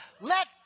Let